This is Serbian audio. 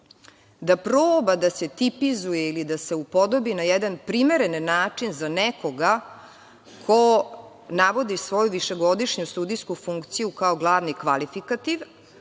da proba da se tipizuje ili da se upodobi na jedan primeren način za nekoga ko navodi svoju višegodišnju sudijsku funkciju kao glavni kvalifikativ,